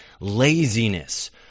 laziness